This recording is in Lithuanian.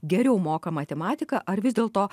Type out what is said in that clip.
geriau moka matematiką ar vis dėlto